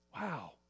Wow